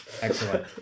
Excellent